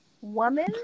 woman